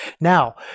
Now